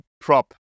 Prop